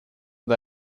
und